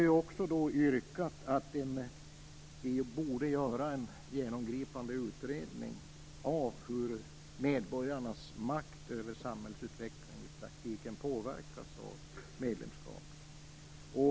Vi har också yrkat att vi borde göra en genomgripande utredning av hur medborgarnas makt över samhällsutvecklingen i praktiken påverkas av medlemskapet.